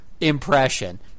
impression